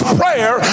prayer